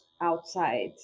outside